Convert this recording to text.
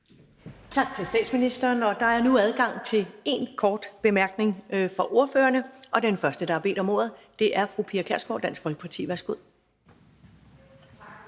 Tak til statsministeren. Der er nu adgang til én kort bemærkning for ordførerne, og den første, der har bedt om ordet, er fru Pia Kjærsgaard, Dansk Folkeparti. Værsgo.